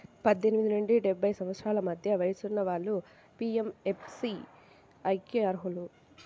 పద్దెనిమిది నుండి డెబ్బై సంవత్సరాల మధ్య వయసున్న వాళ్ళు పీయంఎస్బీఐకి అర్హులు